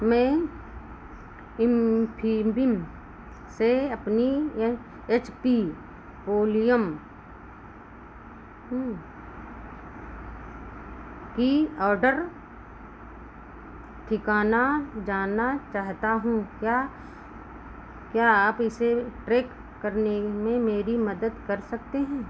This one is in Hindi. मैं इन्फ़ीबिम से अपनी एच पी पवेलियन की ऑर्डर ठिकाना जानना चाहता हूँ क्या क्या आप इसे ट्रैक करने में मेरी मदद कर सकते हैं